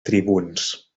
tribuns